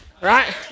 Right